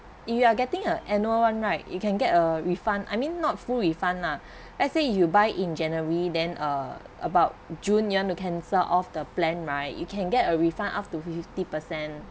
if you are getting a annual one right you can get a refund I mean not full refund lah let's say you buy in january then uh about june you want to cancel all the plan right you can get a refund up to fifty percent